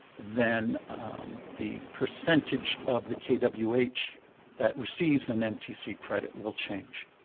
then the percentage of the kwh that receives an mtc credit will change,